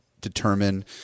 determine